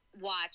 watch